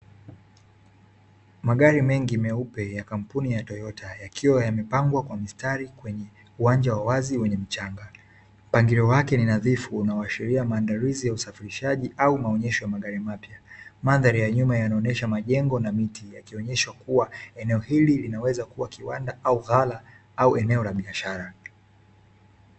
Magari mengi meupe ya kampuni ya Toyota ,yakiwa yamepagwa kwa mistari kwenye uwanja wa wazi wenye mchanga. Mpangilio wake ni nadhifu unaoashiria maandalizi ya usafirishaji au maonyesho ya magari mapya. Mandhari ya nyuma yanaonyesha majengo na miti, yakionyesha eneo hili linaweza kuwa kiwanda au ghala au eneo la biashara.